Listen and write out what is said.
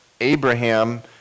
Abraham